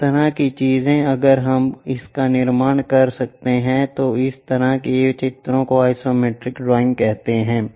इस तरह की चीजें अगर हम इसका निर्माण कर सकते हैं तो इस तरह के चित्र को आइसोमेट्रिक ड्राइंग कहा जाता है